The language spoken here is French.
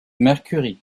mercury